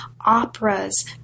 operas